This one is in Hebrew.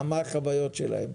מה החוויות שלהם.